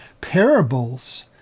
parables